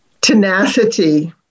Tenacity